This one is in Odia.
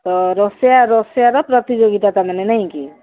ତ ରୋଷେଇଆ ରୋଷେଇଆର ପ୍ରତିଯୋଗିତା ତାମାନେ ନାଇଁ କି